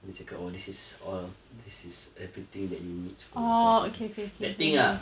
dia cakap oh this is all this is everything that you need for your health that thing ah